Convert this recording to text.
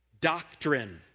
Doctrine